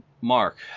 Mark